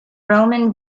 roman